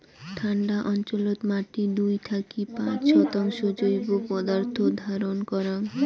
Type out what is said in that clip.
ঠান্ডা অঞ্চলত মাটি দুই থাকি পাঁচ শতাংশ জৈব পদার্থ ধারণ করাং